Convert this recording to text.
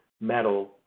metal